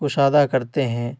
کشادہ کرتے ہیں